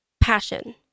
Passion